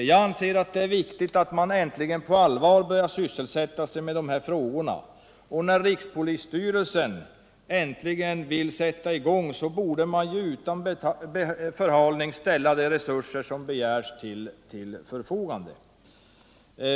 Jag anser att det är viktigt att man äntligen på allvar börjar sysselsätta sig 15 med dessa frågor. När nu rikspolisstyrelsen äntligen vill sätta i gång, borde man utan förhalning ställa de resurser som begärs till förfogande.